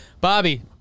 Bobby